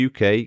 UK